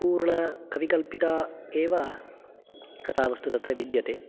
पूर्ण कविकल्पिता एव कथावस्तु तत्र विद्यते